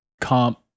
comp